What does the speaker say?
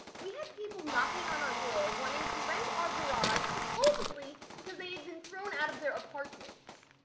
we had people knocking on our door, wanting to rent our garage, supposedly, because they had been thrown out of their apartments.